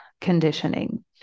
conditioning